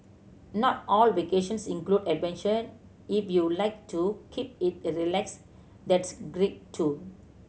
not all vacations include adventure if you like to keep it a relaxed that's great too